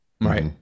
right